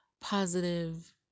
positive